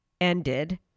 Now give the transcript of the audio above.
ended